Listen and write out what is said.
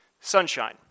sunshine